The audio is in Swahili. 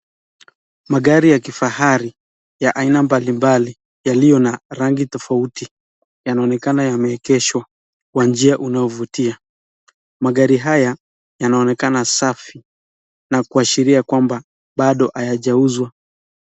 Magari ya kifahari ya aina mbalimbali yaliyo na rangi tofauti yanaonekana yamewekeshwa kwa njia inayovutia. Magari haya yanaonekana safi na kuashiria kwamba bado hayajauzwa.